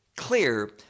clear